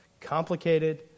complicated